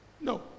No